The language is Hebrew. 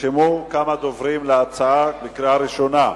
נרשמו כמה דוברים להצעה בקריאה ראשונה.